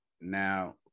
now